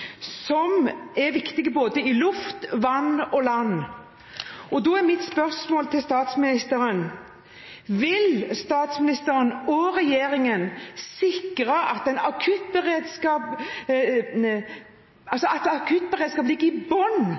er viktig både i luften, på vannet og på land. Mitt spørsmål til statsministeren er: Vil statsministeren og regjeringen sikre at en akuttberedskap